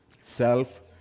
self